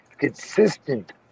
consistent